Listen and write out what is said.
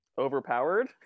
Overpowered